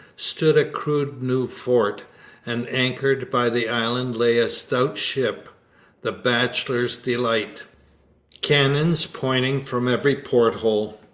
stood a crude new fort and anchored by the island lay a stout ship the bachelor's delight cannons pointing from every porthole.